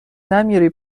نمیری